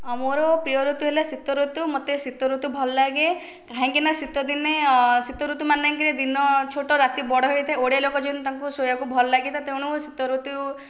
ଆ ମୋର ପ୍ରିୟ ଋତୁ ହେଲା ଶୀତ ଋତୁ ମୋତେ ଶୀତଋତୁ ଭଲ ଲାଗେ କାହିଁକିନା ଶୀତ ଦିନେ ଶୀତ ଋତୁମାନଙ୍କରେ ଦିନ ଛୋଟ ରାତି ବଡ଼ ହେଇଥାଏ ଓଡ଼ିଆ ଲୋକ ଯେହେତୁ ତାଙ୍କୁ ଶୋଇବାକୁ ଭଲ ଲାଗିଥାଏ ତେଣୁ ଶୀତ ଋତୁ